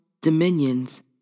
dominions